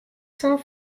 sans